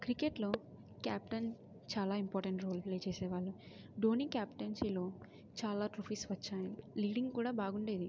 క్రికెట్లో క్యాప్టన్ చాలా important role play చేసేవాళ్ళు ధోని క్యాప్టెన్సీలో చాలా ట్రోఫిస్ వచ్చాయి లీడింగ్ కూడా బాగుండేది